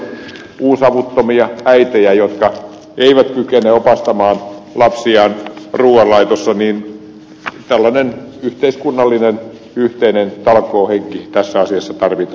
meillä on paljon uusavuttomia äitejä jotka eivät kykene opastamaan lapsiaan ruuanlaitossa niin että tällainen yhteiskunnallinen yhteinen talkoohenki tässä asiassa tarvitaan